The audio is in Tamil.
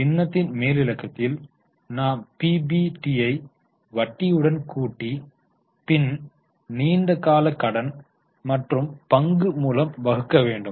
பின்னத்தின் மேலிலக்கத்தில் நாம் பிபிடி ஐ வட்டியுடன் கூட்டி பின் நீண்ட கால கடன் மற்றும் பங்கு மூலம் வகுக்க வேண்டும்